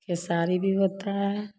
केशारी भी होता है